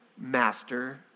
master